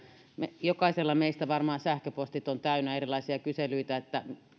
varmaan jokaisella meistä sähköpostit ovat täynnä erilaisia kyselyitä